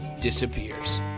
disappears